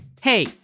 Hey